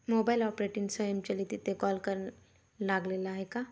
mobile operating स्वयंचलित तिथे call कर लागलेला आहे का